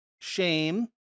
shame